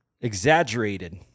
exaggerated